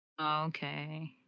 okay